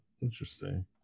interesting